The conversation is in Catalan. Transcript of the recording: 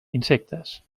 insectes